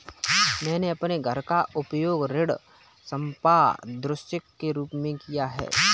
मैंने अपने घर का उपयोग ऋण संपार्श्विक के रूप में किया है